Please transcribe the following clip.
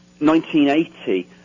1980